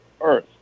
Earth